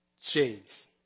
James